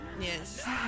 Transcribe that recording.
Yes